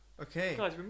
Okay